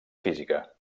física